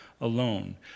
alone